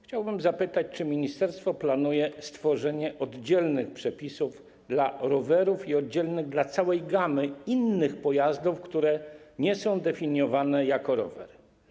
Chciałbym zapytać, czy ministerstwo planuje stworzenie oddzielnych przepisów dotyczących rowerów i oddzielnych dotyczących całej gamy innych pojazdów, które nie są definiowane jako rower.